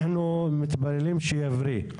אנחנו מתפללים שיבריא.